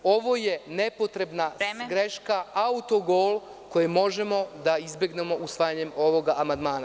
Ovo je nepotrebna greška, autogol koji možemo da izbegnemo usvajanjem ovog amandmana.